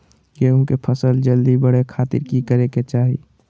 गेहूं के फसल जल्दी बड़े खातिर की करे के चाही?